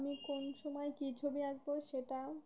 আমি কোন সময় কী ছবি আঁকবো সেটা